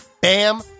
Bam